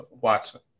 Watson